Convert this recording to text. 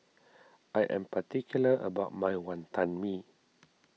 I am particular about my Wonton Mee